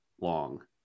long